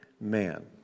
man